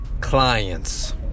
clients